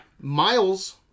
Miles